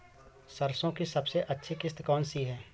सरसो की सबसे अच्छी किश्त कौन सी है?